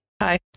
Hi